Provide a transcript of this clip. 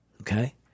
Okay